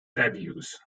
abuse